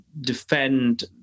defend